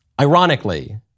Ironically